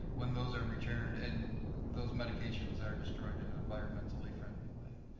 when those are returned and those medications are destroyed in an environmentally friendly way.